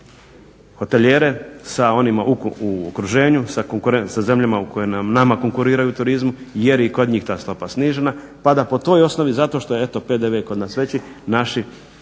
hotelijere sa onima u okruženju, sa zemljama koje nama konkuriraju u turizmu jer je i kod njih ta stopa snižena, pa da po toj osnovi zato što je eto PDV kod nas veći naši,